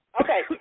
Okay